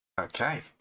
Okay